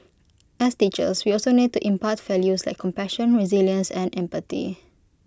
as teachers we also need to impart values like compassion resilience and empathy